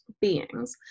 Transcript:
beings